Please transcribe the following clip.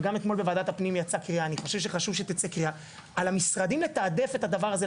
וגם אתמול בוועדת הפנים יצאה קריאה על המשרדים לתעדף את הדבר הזה,